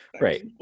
right